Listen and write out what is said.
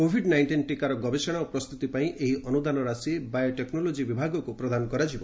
Covid ନାଇଷ୍କିନ୍ ଟିକାର ଗବେଷଣା ଓ ପ୍ରସ୍ତୁତି ପାଇଁ ଏହି ଅନୁଦାନ ରାଶି ବାୟୋଟେକ୍ନୋଲୋକି ବିଭାଗକୁ ପ୍ରଦାନ କରାଯିବ